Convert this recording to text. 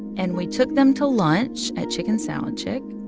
and we took them to lunch at chicken salad chick.